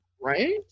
Right